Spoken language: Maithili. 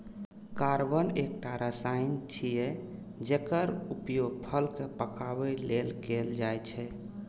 कार्बाइड एकटा रसायन छियै, जेकर उपयोग फल कें पकाबै लेल कैल जाइ छै